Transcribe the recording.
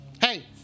hey